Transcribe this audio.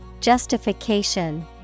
Justification